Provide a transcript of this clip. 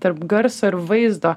tarp garso ir vaizdo